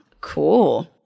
Cool